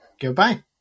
Goodbye